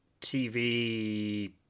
TV